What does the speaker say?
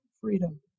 freedom